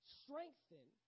strengthen